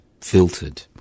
filtered